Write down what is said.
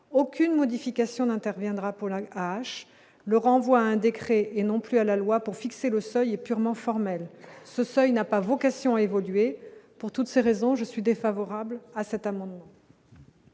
aucune modification n'interviendra Pologne le renvoie un décret, et non plus à la loi pour fixer le seuil est purement formelle, ce seuil n'a pas vocation à évoluer pour toutes ces raisons je suis défavorable à cet amendement.